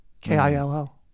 K-I-L-L